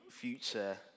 future